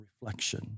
reflection